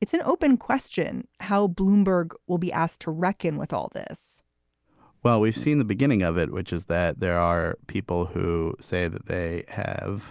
it's an open question how bloomberg will be asked to reckon with all this well, we've seen the beginning of it, which is that there are people who say that they have